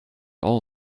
all